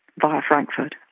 via frankfurt.